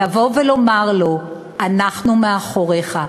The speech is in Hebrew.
לבוא ולומר לו: אנחנו מאחוריך,